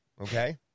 Okay